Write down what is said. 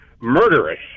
murderous